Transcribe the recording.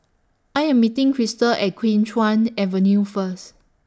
I Am meeting Crystal At Kim Chuan Avenue First